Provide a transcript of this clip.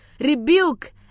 Rebuke